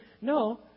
No